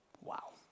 Wow